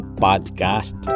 podcast